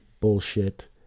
bullshit